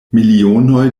milionoj